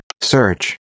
Search